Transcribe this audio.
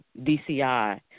DCI